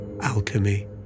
Alchemy